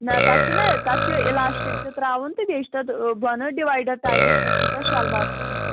نہ تَتھ چھُنا تَتھ چھُ اِلاسٹِک تہِ ترٛاوُن تہٕ بیٚیہِ چھُ تَتھ بۄنہٕ ڈِوایڈَر ٹایپَس پٮ۪ٹھ چھُ تَتھ شَلوار سُوُن